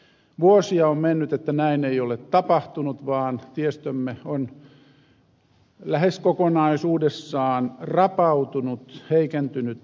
vuosia on mennyt että näin ei ole tapahtunut vaan tiestömme on lähes kokonaisuudessaan rapautunut heikentynyt